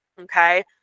okay